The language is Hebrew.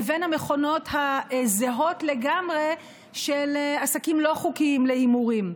לבין המכונות הזהות לגמרי של עסקים לא חוקיים להימורים.